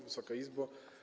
Wysoka Izbo!